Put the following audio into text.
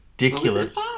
ridiculous